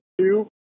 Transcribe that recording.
two